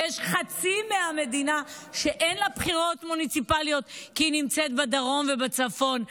ויש חצי מדינה שאין לה בחירות מוניציפליות כי היא נמצאת בדרום ובצפון?